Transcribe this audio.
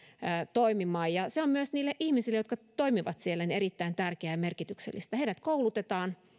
toimimaan se on myös niille ihmisille jotka siellä toimivat erittäin tärkeää ja merkityksellistä heidät koulutetaan